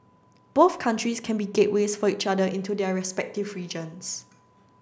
both countries can be gateways for each other into their respective regions